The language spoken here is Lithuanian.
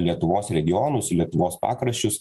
lietuvos regionus lietuvos pakraščius